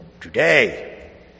Today